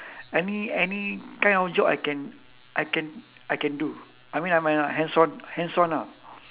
any any kind of job I can I can I can do I mean I'm a hands on hands on ah